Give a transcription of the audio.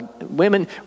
women